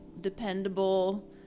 dependable